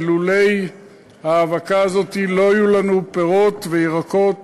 ולולא ההאבקה הזאת לא יהיו לנו פירות וירקות